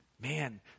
Man